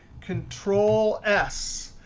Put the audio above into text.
control s,